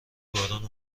بارون